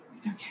okay